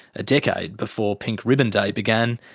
a decade before pink ribbon day began,